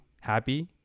happy